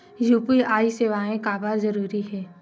UPI सेवाएं काबर जरूरी हे?